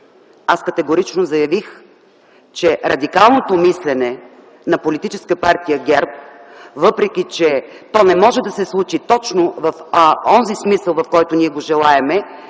аз категорично заявих, че радикалното мислене на политическа партия ГЕРБ, въпреки че то не може да се случи точно в онзи смисъл, в който ние го желаем